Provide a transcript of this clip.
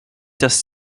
das